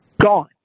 Gone